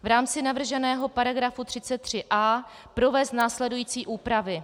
V rámci navrženého § 33a provést následující úpravy: